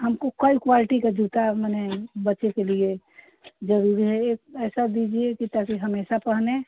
हमको कल क्वालिटी का जूता मने बच्चे के लिए जरूरी है एक ऐसा दीजिए कि ताकि हमेशा पहने